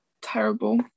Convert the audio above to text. terrible